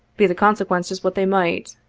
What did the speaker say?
be the consequences what they might.